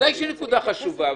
בוודאי שהיא נקודה חשובה,